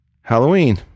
Halloween